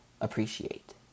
appreciate